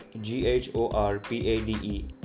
g-h-o-r-p-a-d-e